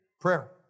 Prayer